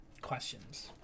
questions